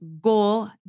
goal